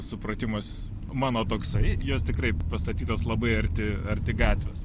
supratimas mano toksai jos tikrai pastatytos labai arti arti gatvės